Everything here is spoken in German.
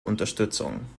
unterstützung